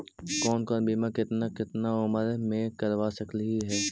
कौन कौन बिमा केतना केतना उम्र मे करबा सकली हे?